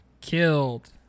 Killed